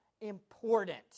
important